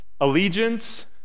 allegiance